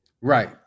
Right